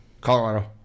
Colorado